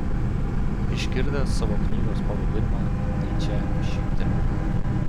išgirdęs savo knygos pavadinimą nyčė šyptelėjo